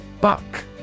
Buck